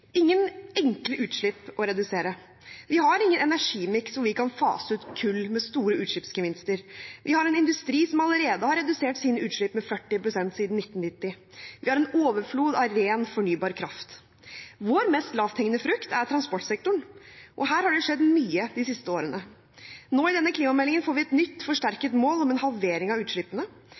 ingen enkle utslipp å redusere. Vi har ingen energimiks som vi kan fase ut, som kull, med store utslippsgevinster. Vi har en industri som allerede har redusert sine utslipp med 40 pst. siden 1990. Vi har overflod av ren, fornybar kraft. Vår mest lavthengende frukt er transportsektoren. Her har det skjedd mye de siste årene. I denne klimameldingen får vi et nytt, forsterket mål om en halvering av utslippene.